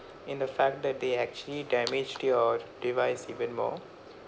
in the fact that they actually damaged your device even more